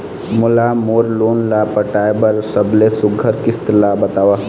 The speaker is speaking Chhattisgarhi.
मोला मोर लोन ला पटाए बर सबले सुघ्घर किस्त ला बताव?